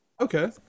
Okay